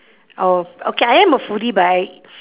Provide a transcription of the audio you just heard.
oh okay I am a foodie but I